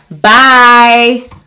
bye